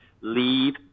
Leave